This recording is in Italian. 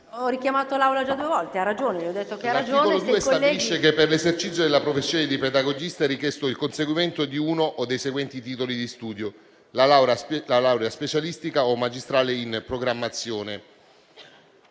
Ho richiamato l'Assemblea già due volte. Ha ragione. MARTI, *relatore*. L'articolo 2 stabilisce che, per l'esercizio della professione di pedagogista, è richiesto il conseguimento di uno o dei seguenti titoli di studio: laurea specialistica o magistrale in programmazione